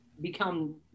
become